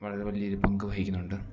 വളരെ വലിയ ഒരു പങ്ക് വഹിക്കുന്നുണ്ട്